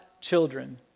children